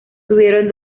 tuvieron